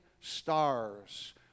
stars